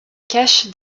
cache